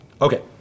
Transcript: Okay